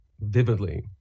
vividly